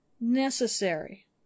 necessary